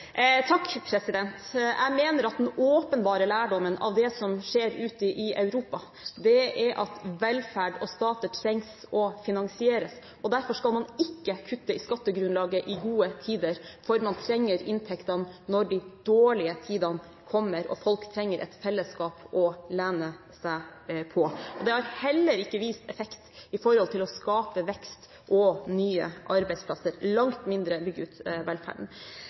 man ikke kutte i skattegrunnlaget i gode tider, for man trenger inntektene når de dårlige tidene kommer og folk trenger et fellesskap å lene seg på. Det har heller ikke hatt effekt med hensyn til å skape vekst og nye arbeidsplasser, langt mindre bygge ut velferden.